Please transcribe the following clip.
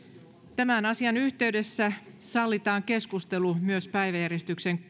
tämän asian yhteydessä sallitaan keskustelu myös päiväjärjestyksen